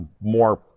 more